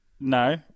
No